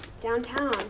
downtown